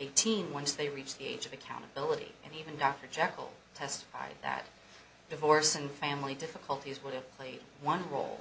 a teen once they reach the age of accountability and even dr jekyll testified that divorce and family difficulties would have played one role